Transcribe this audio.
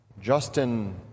Justin